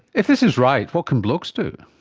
if this is right, what can blokes do?